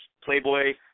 Playboy